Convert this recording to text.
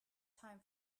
time